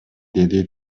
деди